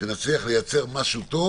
שנצליח לייצר משהו טוב